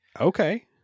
Okay